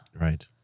Right